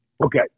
Okay